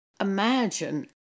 imagine